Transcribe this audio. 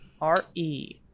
R-E